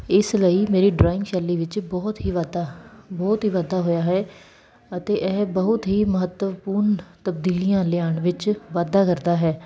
ਇਸ ਲਈ ਮੇਰੀ ਡਰਾਇੰਗ ਸ਼ੈਲੀ ਵਿੱਚ ਬਹੁਤ ਹੀ ਵਾਧਾ ਬਹੁਤ ਹੀ ਵਾਧਾ ਹੋਇਆ ਹੈ ਅਤੇ ਇਹ ਬਹੁਤ ਹੀ ਮਹੱਤਵਪੂਰਨ ਤਬਦੀਲੀਆਂ ਲਿਆਉਣ ਵਿੱਚ ਵਾਧਾ ਕਰਦਾ ਹੈ